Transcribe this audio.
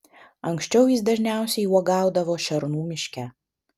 anksčiau jis dažniausiai uogaudavo šernų miške